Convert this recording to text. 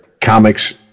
comics